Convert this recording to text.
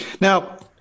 Now